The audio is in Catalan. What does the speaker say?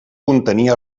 contenir